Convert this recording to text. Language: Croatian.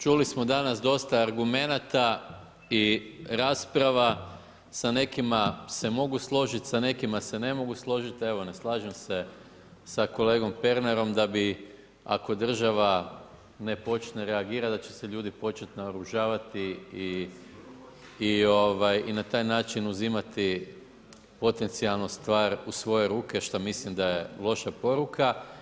Čuli smo danas dosta argumenata i rasprava, sa nekima se mogu složiti sa nekima se ne mogu složiti, evo ne slažem se sa kolegom Pernarom, da bi, ako država ne počne reagirati, da će se ljudi početi naoružavati i na taj način uzimati potencijalno stvar u svoje ruke, što mislim da je loša poruka.